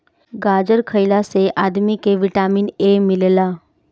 गाजर खइला से आदमी के विटामिन ए मिलेला